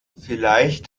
vielleicht